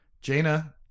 Jaina